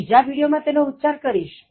હું બીજા વિડિયો માં તેનો ઉચ્ચાર કરીશ